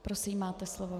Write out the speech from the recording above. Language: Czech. Prosím, máte slovo.